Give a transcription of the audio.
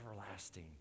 everlasting